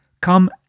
come